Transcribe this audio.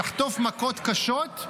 תחטוף מכות קשות,